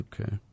Okay